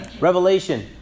Revelation